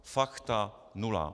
Fakta nula!